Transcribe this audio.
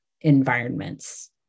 environments